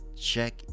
Check